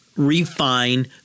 refine